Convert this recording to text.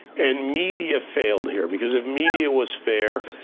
and media failed here because if media was fair,